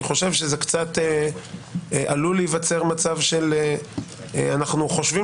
אני חושב שעלול להיווצר מצב שאנו חושבים